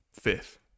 fifth